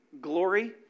glory